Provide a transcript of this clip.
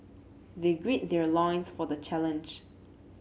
they gird their loins for the challenge